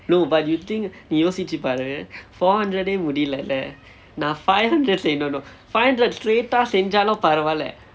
no but you think யோசிச்சு பாரு:yosicchu paaru four hundred eh முடியலே நான்:midyilae naan five hundred செய்யணும்:seyyanum five hundred straight ah செய்தாலும் பரவாயில்லை:seythaalum paravaayillai